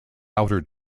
outer